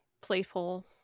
playful